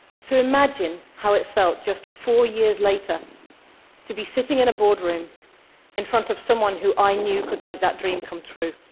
so imagine how it felt just four years later to be sitting in a boardroom in front of someone who i knew could make that dream come true.